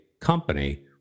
company